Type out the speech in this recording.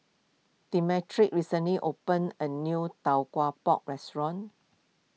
Demetric recently opened a new Tau Kwa Pau restaurant